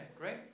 great